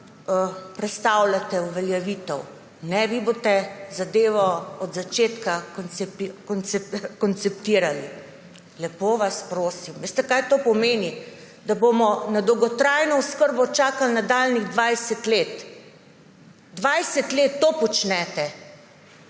prestavljate uveljavitev tega zakona. Ne, vi boste zadevo od začetka konceptirali. Lepo vas prosim, veste, kaj to pomeni? Da bomo na dolgotrajno oskrbo čakali nadaljnjih 20 let. 20 let to počnete.